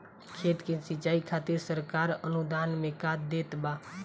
खेत के सिचाई खातिर सरकार अनुदान में का देत बा?